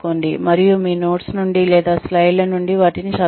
మరియు మీ నోట్స్ నుండి లేదా మీ స్లైడ్ల నుండి వాటిని చదవవద్దు